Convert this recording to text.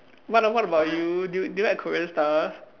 what what about you do y~ do you like Korean stuff